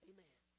Amen